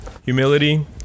Humility